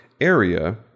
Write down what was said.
area